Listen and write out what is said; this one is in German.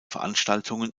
veranstaltungen